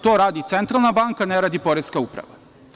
To radi Centralna banka, ne radi poreska uprava.